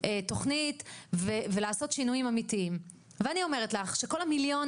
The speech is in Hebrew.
תוכנית ולעשות שינויים אמיתיים ואני אומרת לך שכל המיליון